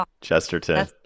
Chesterton